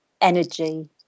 energy